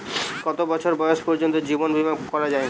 কত বছর বয়স পর্জন্ত জীবন বিমা করা য়ায়?